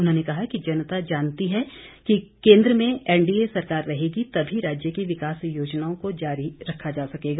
उन्होंने कहा कि जनता जानती है कि केंद्र में एनडीए सरकार रहेगी तभी राज्य की विकास योजनाओं को जारी रखा जा सकेगा